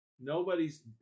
Nobody's